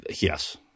Yes